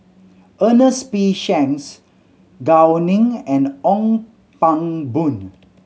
Ernest P Shanks Gao Ning and Ong Pang Boon